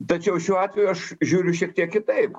tačiau šiuo atveju aš žiūriu šiek tiek kitaip